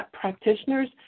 practitioners